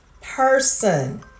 person